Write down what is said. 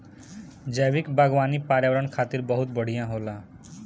जैविक बागवानी पर्यावरण खातिर बहुत बढ़िया होला